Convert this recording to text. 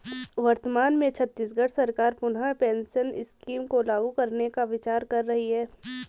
वर्तमान में छत्तीसगढ़ सरकार पुनः पेंशन स्कीम को लागू करने का विचार कर रही है